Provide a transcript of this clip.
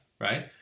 right